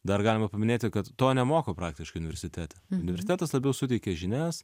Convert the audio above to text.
dar galima paminėti kad to nemoko praktiškai universitete universitetas labiau suteikė žinias